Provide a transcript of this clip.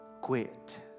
quit